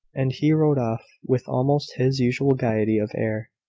and he rode off with almost his usual gaiety of air.